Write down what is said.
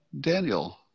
Daniel